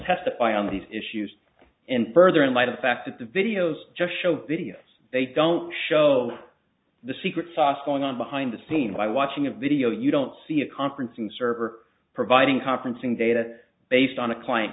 testify on these issues and further in light of the fact that the videos just show videos they don't show the secret sauce going on behind the scene while watching a video you don't see a conference and server providing conferencing data based on a client